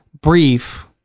brief